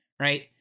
right